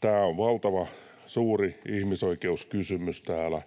Tämä on valtavan suuri ihmisoikeuskysymys täällä.